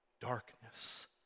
darkness